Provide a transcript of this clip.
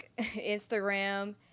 Instagram